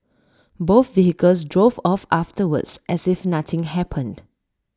both vehicles drove off afterwards as if nothing happened